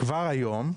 כבר היום,